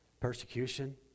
persecution